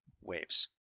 Waves